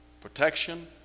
Protection